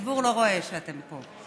הציבור לא רואה שאתם פה.